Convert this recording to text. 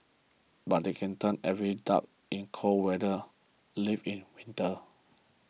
but they can turn every dark in cold weather live in winter